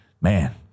man